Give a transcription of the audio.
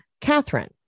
Catherine